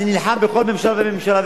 אני נלחם בכל ממשלה וממשלה.